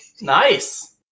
Nice